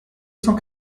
cent